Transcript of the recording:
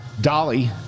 dolly